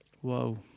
whoa